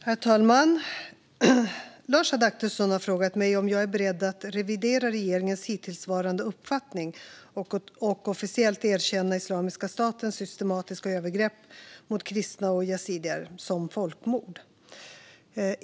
Herr talman! Lars Adaktusson har frågat mig om jag är beredd att revidera regeringens hittillsvarande uppfattning och officiellt erkänna Islamiska statens systematiska övergrepp mot kristna och yazidier som folkmord.